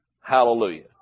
Hallelujah